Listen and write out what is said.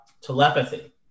telepathy